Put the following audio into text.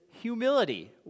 Humility